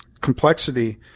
complexity